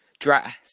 Dress